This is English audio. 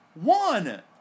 One